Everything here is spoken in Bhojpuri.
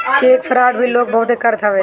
चेक फ्राड भी लोग बहुते करत हवे